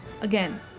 Again